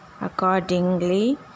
accordingly